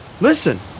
Listen